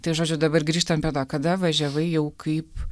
tai žodžiu dabar grįžtam prie to kada važiavai jau kaip